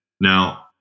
Now